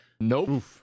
nope